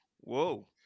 whoa